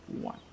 one